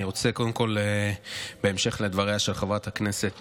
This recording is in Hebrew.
קודם כול, בהמשך לדבריה של חברת הכנסת